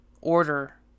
order